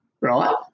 right